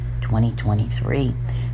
2023